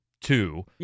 two